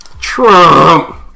Trump